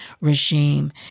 regime